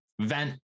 vent